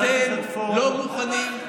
אתם לא מוכנים,